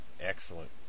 Excellent